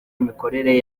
imikorere